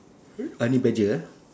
honey badger lah